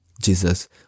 Jesus